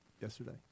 yesterday